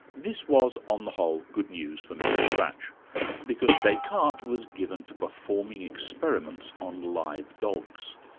this was, on the whole, good news for mr scratch because descartes was given to performing experiments on live dogs.